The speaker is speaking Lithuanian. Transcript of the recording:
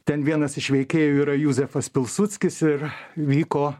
ten vienas iš veikėjų yra juzefas pilsudskis ir vyko